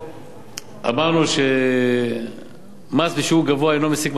אמרנו שמס בשיעור גבוה אינו משיג מטרתו ואף